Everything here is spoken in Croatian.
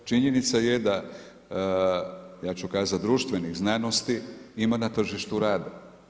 Činjenica je da ja ću kazati društvenih znanosti ima na tržištu rada.